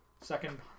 second